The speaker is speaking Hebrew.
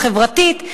החברתית,